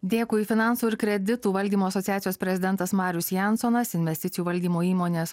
dėkui finansų ir kreditų valdymo asociacijos prezidentas marius jansonas investicijų valdymo įmonės